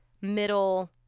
middle